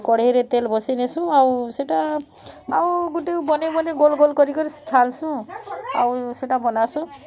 କଢ଼େଇରେ ତେଲ୍ ବସେଇନେସୁଁ ଆଉ ସେଟା ଆଉ ଗୁଟେ ବନେଇ ବନେଇ ଗୋଲ୍ ଗୋଲ୍ କରି କରି ଛାନ୍ସୁଁ ଆଉ ସେଟା ବନାସୁଁ